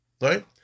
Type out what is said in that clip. Right